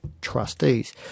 trustees